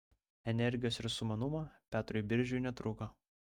energijos ir sumanumo petrui biržiui netrūko